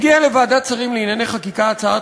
הגיעה לוועדת שרים לענייני חקיקה הצעת